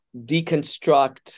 deconstruct